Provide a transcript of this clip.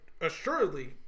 assuredly